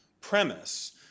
premise—